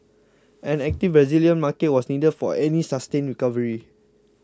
an active Brazilian market was needed for any sustained recovery